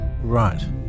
Right